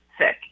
sick